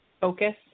Focus